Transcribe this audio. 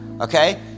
okay